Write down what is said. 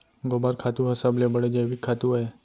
गोबर खातू ह सबले बड़े जैविक खातू अय